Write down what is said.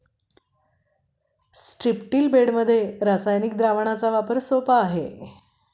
स्ट्रिप्टील बेडमध्ये रासायनिक द्रावणाचा वापर सोपा आहे